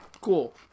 Cool